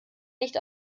nicht